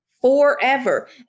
forever